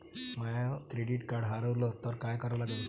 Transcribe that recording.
माय credit card हारवलं तर काय करा लागन?